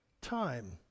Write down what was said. time